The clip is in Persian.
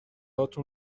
هاتون